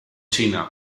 china